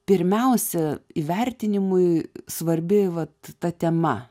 pirmiausia įvertinimui svarbi vat ta tema